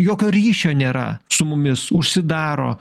jokio ryšio nėra su mumis užsidaro